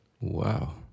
Wow